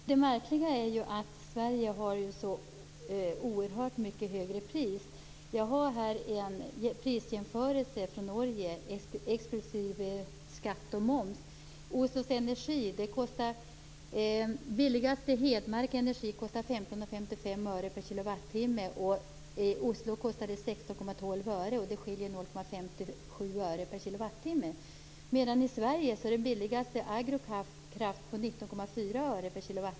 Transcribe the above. Fru talman! Det märkliga är ju att Sverige har så oerhört mycket högre pris. Jag har en prisjämförelse med Norge exklusive skatt och moms. Det billigaste är Hedmarks energi. Det kostar 15,55 öre per kWh. Oslo Energi tar 16,12 öre. Det skiljer alltså 0,57 öre per kWh. I Sverige är det billigast hos Agrokraft. Där kostar det 19,4 öre per kWh.